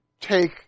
take